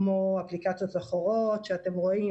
כמו אפליקציות אחרות שאתם רואים,